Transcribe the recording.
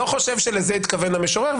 לא חושב שלזה התכוון המשורר,